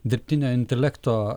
dirbtinio intelekto